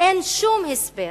אין שום הסבר